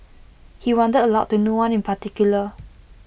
he wondered aloud to no one in particular